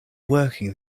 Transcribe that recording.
working